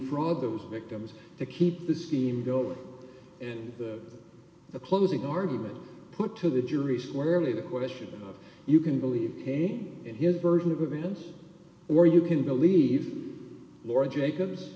fraud those victims to keep the scheme going and the the closing argument put to the jury squarely the question of you can believe he and his version of events or you can believe laura jacob